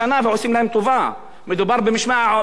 מדובר ב-180 עובדים מהפריפריה.